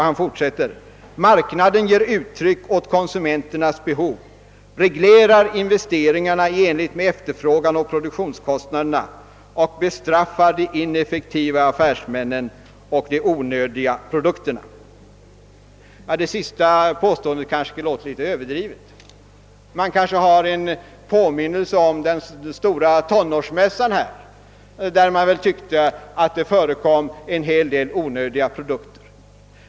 Han fortsätter: »Marknaden ger uttryck åt konsumenternas behov, reglerar investeringarna i enlighet med efterfrågan och produktionskostnaderna och bestraffar de ineffektiva affärsmännen och de onödiga produkterna.» Det senaste påståendet kan synas överdrivet. Man kanske påminner sig den stora tonårsmässan, där man tyckte att det förekom en hel del onödiga produkter.